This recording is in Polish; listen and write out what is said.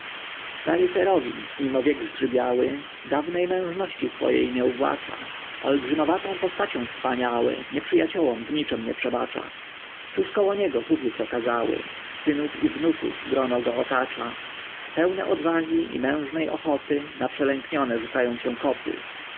stary serowind mimo wiek zgrzybiały dawnej mężności swojej nie uwłacza olbrzymowatą postacią wspaniały nieprzyjaciołom w niczem nie przebacza tuż koło niego hufiec okazały synów i wnuków grono go otacza pełne odwagi i mężnej ochoty na przelęknione rzucają się